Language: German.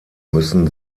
müssen